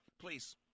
please